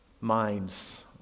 minds